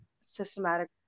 systematic